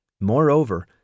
Moreover